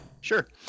Sure